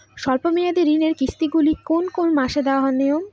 স্বল্প মেয়াদি ঋণের কিস্তি গুলি কোন কোন মাসে দেওয়া নিয়ম?